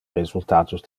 resultatos